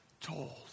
told